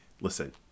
listen